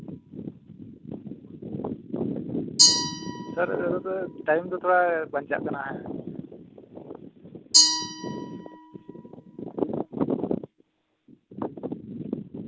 ᱥᱟᱨ time ᱫᱚ ᱛᱷᱚᱲᱟ ᱵᱟᱧᱪᱟᱜ ᱠᱟᱱᱟ